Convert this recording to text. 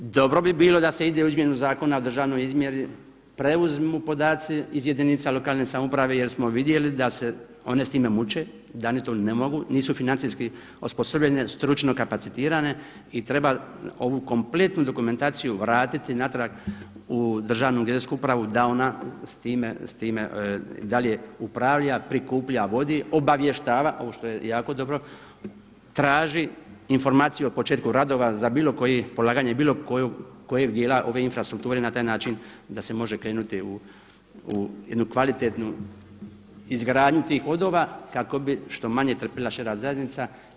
Dobro bi bilo da se ide u izmjenu Zakona o državnoj izmjeri, preuzmu podaci iz jedinica lokalne samouprave jer smo vidjeli da se one s time muče, da one to ne mogu, nisu financijski osposobljene, jer stručno kapacitirane i treba ovu kompletnu dokumentaciju vratiti natrag u Državnu geodetsku upravu da ona s time i dalje upravlja, prikuplja, vodi, obavještava ovo što je jako dobro, traži informaciju o početku radova za bilo koji, polaganje bilo kojeg djela ove infrastrukture i na taj način da se može krenuti u jednu kvalitetnu izgradnju tih vodova kako bi što manje trpila šira zajednica.